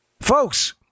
Folks